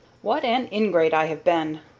what an ingrate i have been!